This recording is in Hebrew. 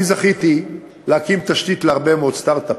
אני זכיתי להקים תשתית להרבה מאוד סטרט-אפים.